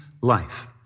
life